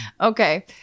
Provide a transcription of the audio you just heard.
Okay